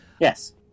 Yes